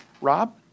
Rob